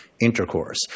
intercourse